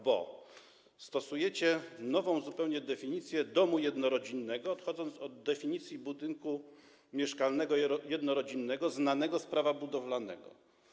Bo stosujecie nową zupełnie definicję domu jednorodzinnego, odchodząc od definicji budynku mieszkalnego jednorodzinnego znanego z Prawa budowlanego.